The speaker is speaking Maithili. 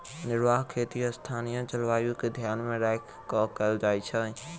निर्वाह खेती स्थानीय जलवायु के ध्यान मे राखि क कयल जाइत छै